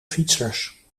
fietsers